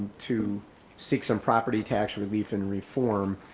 to seek some property tax relief and reform,